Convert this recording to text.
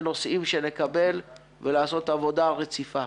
וזה הנושא של שמיטת החובות של תשלומי שכירויות,